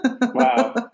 Wow